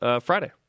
Friday